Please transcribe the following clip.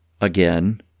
again